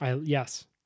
Yes